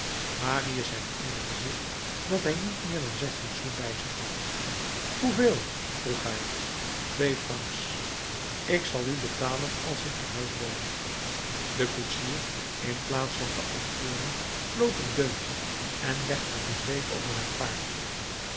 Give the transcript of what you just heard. marius herinnerde zich dat hij niet meer dan zestien sous bij zich had hoeveel vroeg hij twee francs ik zal u betalen als ik te huis ben de koetsier in plaats van te antwoorden floot een deuntje en legde de zweep over zijn paard